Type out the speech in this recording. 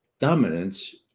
dominance